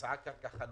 הוצעה קרקע חלופית.